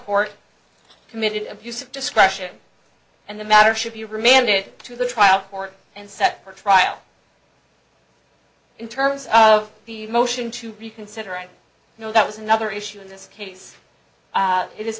court committed abuse of discretion and the matter should be remanded to the trial court and set for trial in terms of the motion to reconsider i know that was another issue in this case it is